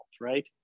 right